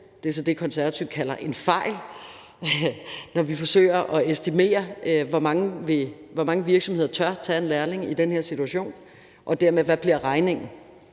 det er så det, Konservative kalder en fejl, når vi forsøger at estimere det – hvor mange virksomheder der turde tage en lærling i den her situation, og dermed hvad regningen